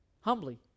Humbly